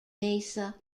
mesa